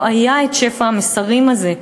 לא היה שפע המסרים הזה.